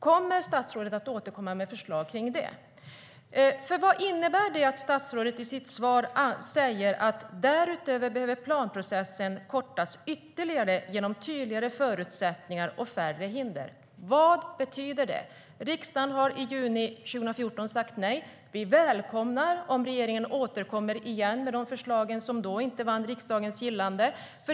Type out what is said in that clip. Avser statsrådet att återkomma med förslag om detta? Vad innebär det att statsrådet i sitt svar säger: "Därutöver behöver planprocessen kortas ytterligare genom tydligare förutsättningar och färre hinder." Vad betyder det? Riksdagen har i juni 2014 sagt nej. Vi välkomnar om regeringen återkommer igen med de förslag som då inte vann riksdagens gillande.